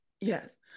Yes